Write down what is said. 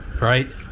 right